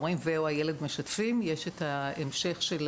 אם ההורים ו\או הילד משתפים יש את ההמשך של